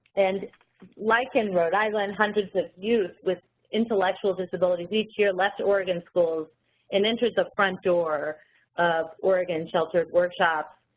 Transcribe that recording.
and like in rhode island, hundreds of youth with intellectual disabilities each year less oregon schools and entered the front door of oregon sheltered workshops,